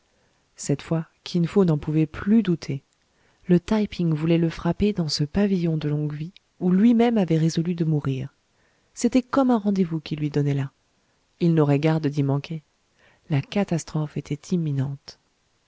cette fois kin fo n'en pouvait plus douter le taï ping voulait le frapper dans ce pavillon de longue vie où lui-même avait résolu de mourir c'était comme un rendez-vous qu'il lui donnait là il n'aurait garde d'y manquer la catastrophe était imminente